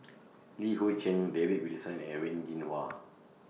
Li Hui Cheng David Wilson and Wen Jinhua